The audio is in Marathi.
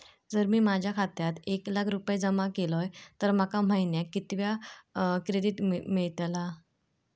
जर मी माझ्या खात्यात एक लाख रुपये जमा केलय तर माका महिन्याक कितक्या क्रेडिट मेलतला?